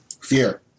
Fear